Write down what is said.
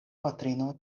patrino